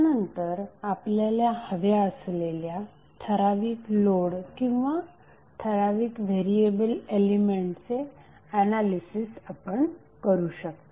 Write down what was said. त्यानंतर आपल्याला हव्या असलेल्या ठराविक लोड किंवा ठराविक व्हेरिएबल एलिमेंट चे एनालिसिस करू शकता